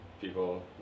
people